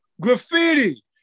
Graffiti